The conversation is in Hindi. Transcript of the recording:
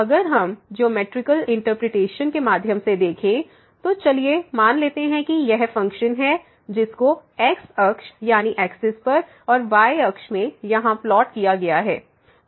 अगर हम ज्योमैट्रिकल इंटरप्रिटेशन के माध्यम से देखें तो चलिए मान लेते हैं कि यह फंकशन है जिसको x अक्ष पर और y अक्ष में यहाँ प्लॉट किया गया है